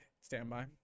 Standby